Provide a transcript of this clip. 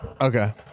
Okay